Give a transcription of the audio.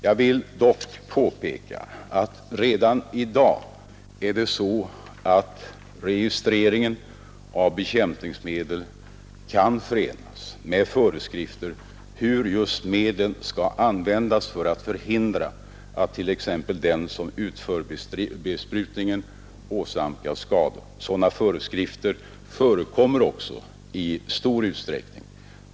Jag vill dock påpeka att det redan i dag är så, att registreringen av bekämpningsmedel kan förenas med föreskrifter om hur medlen skall användas för att förhindra att t.ex. den som utför besprutningen åsamkas skador. Sådana föreskrifter förekommer också i stor utsträck ning.